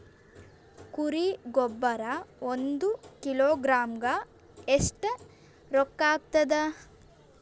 ಕುರಿ ಗೊಬ್ಬರ ಒಂದು ಕಿಲೋಗ್ರಾಂ ಗ ಎಷ್ಟ ರೂಕ್ಕಾಗ್ತದ?